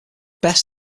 best